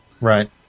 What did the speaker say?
right